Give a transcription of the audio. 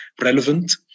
relevant